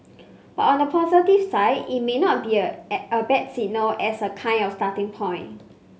but on the positive side it may not be a at a bad signal as a kind of starting point